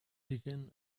begin